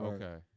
Okay